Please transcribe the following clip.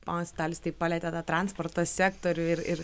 ponas vitalijus taip palietė tą transporto sektorių ir ir